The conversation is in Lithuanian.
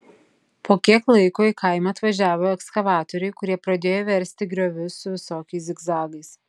po kiek laiko į kaimą atvažiavo ekskavatoriai kurie pradėjo versti griovius su visokiais zigzagais